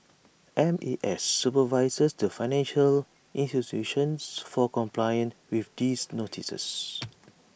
M E S supervises the financial institutions for compliance with these notices